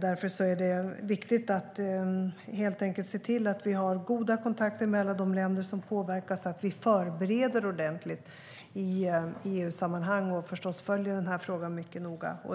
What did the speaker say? Därför är det viktigt att helt enkelt se till att vi har goda kontakter mellan de länder som påverkar, så att vi förbereder oss ordentligt i EU-sammanhang och att vi följer frågan mycket noga.